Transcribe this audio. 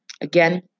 Again